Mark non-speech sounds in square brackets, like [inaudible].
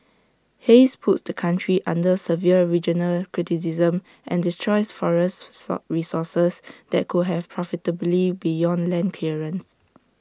haze puts the country under severe regional criticism and destroys forest [unintelligible] resources that could have profitability beyond land clearance